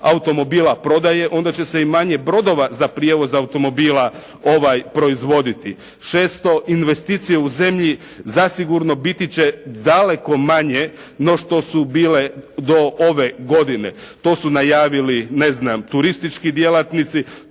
automobila prodaje onda će se i manje brodova za prijevoz automobila proizvoditi. 600 investicije u zemlji zasigurno biti će daleko manje no što su bile do ove godine. To su najavili, ne znam, turistički djelatnici,